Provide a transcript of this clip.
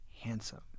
handsome